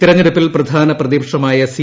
തെരഞ്ഞെടുപ്പിൽ പ്രധാന പ്രതിപക്ഷമായ സി